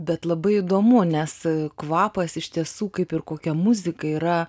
bet labai įdomu nes kvapas iš tiesų kaip ir kokia muzika yra